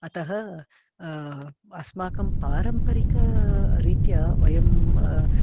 अतः अस्माकं पारम्परिकरीत्या वयं